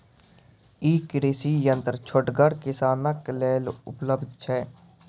ई कृषि यंत्र छोटगर किसानक लेल उपलव्ध छै?